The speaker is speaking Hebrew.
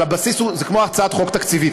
אבל הבסיס הוא כמו הצעת חוק תקציבית,